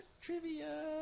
trivia